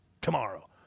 tomorrow